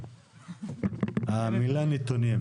המילה נתונים.